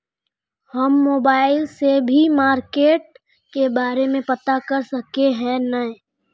हम मोबाईल से भी मार्केट के बारे में पता कर सके है नय?